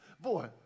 Boy